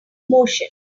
motion